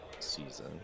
season